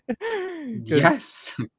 Yes